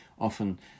often